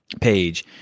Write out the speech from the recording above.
page